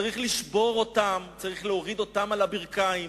צריך לשבור אותם, צריך להוריד אותם על הברכיים